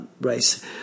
race